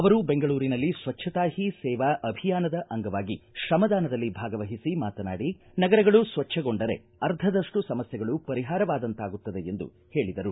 ಅವರು ಬೆಂಗಳೂರಿನಲ್ಲಿ ಸ್ವಚ್ಛತಾ ಹಿ ಸೇವಾ ಅಭಿಯಾನದ ಅಂಗವಾಗಿ ಶ್ರಮದಾನದಲ್ಲಿ ಭಾಗವಹಿಸಿ ಮಾತನಾಡಿ ನಗರಗಳು ಸ್ವಚ್ಛಗೊಂಡರೆ ಅರ್ಧದಷ್ಟು ಸಮಸ್ತೆಗಳು ಪರಿಹಾರವಾದಂತಾಗುತ್ತದೆ ಎಂದು ಹೇಳಿದರು